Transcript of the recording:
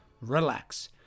relax